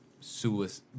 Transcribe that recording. suicide